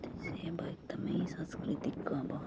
त्यो चाहिँ अब एकदमै सांस्कृतिक अब